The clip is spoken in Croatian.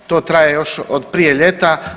To traje još od prije ljeta.